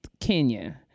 Kenya